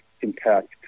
impact